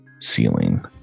ceiling